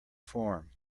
form